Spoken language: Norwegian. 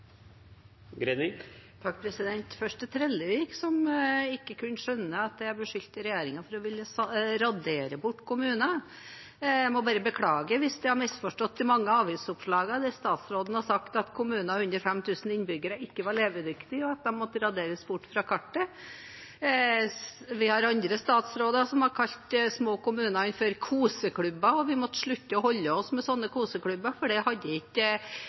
Først til Trellevik, som ikke kunne skjønne at jeg beskyldte regjeringen for å ville radere bort kommuner: Jeg må bare beklage hvis jeg har misforstått de mange avisoppslagene der statsråden har sagt at kommuner med under 5 000 innbyggere ikke er levedyktige og må raderes bort fra kartet. Vi har andre statsråder som har kalt de små kommunene for koseklubber og sagt vi må slutte å holde oss med sånne koseklubber, for det har ikke den norske stat råd til. Men hvis jeg har misforstått det, hadde